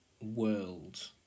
world